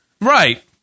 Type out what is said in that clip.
right